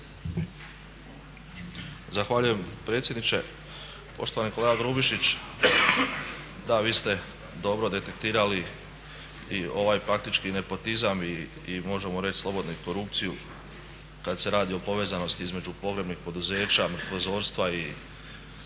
Zahvaljujem predsjedniče. Poštovani kolega Grubišić. Da vi ste dobro detektirali i ovaj praktički nepotizam i možemo reći slobodno i korupciju kada se radi o povezanosti između pogrebnih poduzeća, mrtvozorstva i